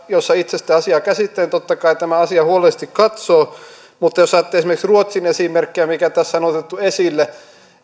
jossa itse sitä asiaa käsittelen totta kai tämän asian huolellisesti katsoo mutta jos ajattelee esimerkiksi ruotsin esimerkkiä mikä tässä on otettu esille